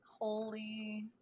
holy